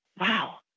wow